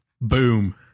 Boom